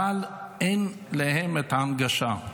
אבל אין להם את ההנגשה.